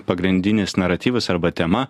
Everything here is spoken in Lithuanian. pagrindinis naratyvas arba tema